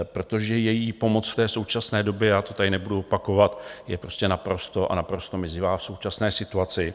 Protože její pomoc v té současné době já to tady nebudu opakovat je prostě naprosto a naprosto mizivá v současné situaci.